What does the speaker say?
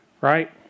right